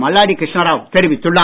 மல்லாடி கிருஷ்ணராவ் தெரிவித்துள்ளார்